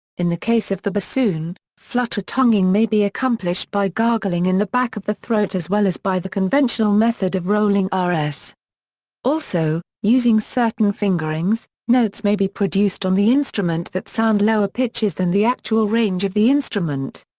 in the case of the bassoon, flutter-tonguing may be accomplished by gargling in the back of the throat as well as by the conventional method of rolling rs. also, using certain fingerings, notes may be produced on the instrument that sound lower pitches than the actual range of the instrument.